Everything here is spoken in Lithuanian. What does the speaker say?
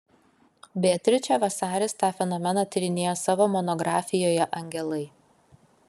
beatričė vasaris tą fenomeną tyrinėja savo monografijoje angelai